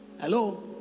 Hello